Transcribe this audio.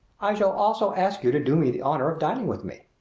i shall also ask you to do me the honor of dining with me.